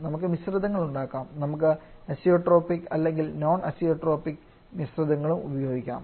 നമുക്ക് മിശ്രിതങ്ങളുണ്ടാകാം നമുക്ക് അസിയോട്രോപിക് അല്ലെങ്കിൽ നോൺ അസിയോട്രോപിക് മിശ്രിതങ്ങളും ഉപയോഗിക്കാം